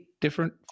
different